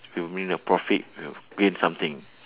it'll mean the profit will gain something